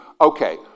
Okay